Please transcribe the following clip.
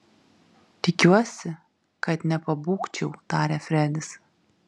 tikiuosi kad nepabūgčiau tarė fredis